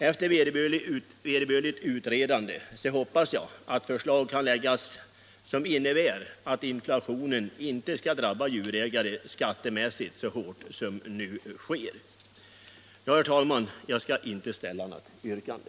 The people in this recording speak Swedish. Efter vederbörligt utredande hoppas jag att förslag kan framläggas, som innebär att inflationen inte skall drabba djurägare skattemässigt så hårt som nu sker. Herr talman! Jag ställer alltså inte något yrkande.